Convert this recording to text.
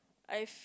I fe~